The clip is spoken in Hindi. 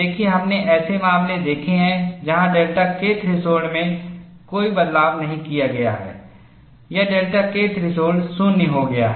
देखिए हमने ऐसे मामले देखे हैं जहां डेल्टा K थ्रेशोल्ड में कोई बदलाव नहीं किया गया है या डेल्टा K थ्रेशोल्ड 0 हो गया है